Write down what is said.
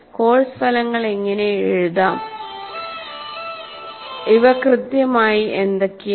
course ഫലങ്ങൾ എങ്ങനെ എഴുതാം അവ കൃത്യമായി എന്തൊക്കെയാണ്